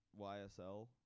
YSL